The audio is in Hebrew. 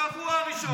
בשבוע הראשון.